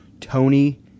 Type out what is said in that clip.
Tony